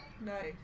Nice